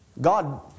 God